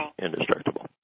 indestructible